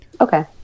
Okay